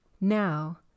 Now